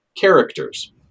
characters